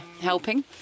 helping